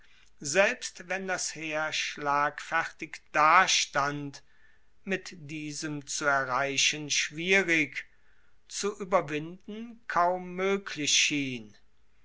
selbst wenn das heer schlagfertig dastand mit diesem zu erreichen schwierig zu ueberwinden kaum moeglich schien